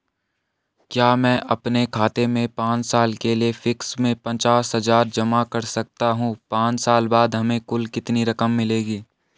क्या मैं अपने खाते में पांच साल के लिए फिक्स में पचास हज़ार जमा कर सकता हूँ पांच साल बाद हमें कुल कितनी रकम मिलेगी?